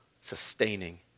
sustaining